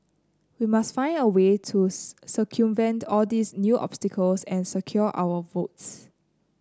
we must find a way to circumvent all these new obstacles and secure our votes